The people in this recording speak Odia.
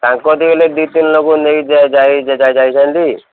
ତାଙ୍କଠୁ ହେଲେ ଦୁଇ ତିନ ଲୋକକୁ ନେଇକି ଯାଇ ଯାଇ ଯାଇଥାନ୍ତି